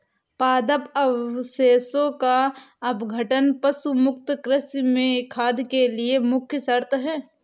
पादप अवशेषों का अपघटन पशु मुक्त कृषि में खाद के लिए मुख्य शर्त है